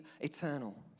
eternal